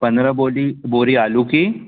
पन्द्रह बोली बोरी आलू की